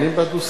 לשכונות.